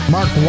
Mark